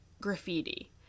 graffiti